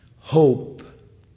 Hope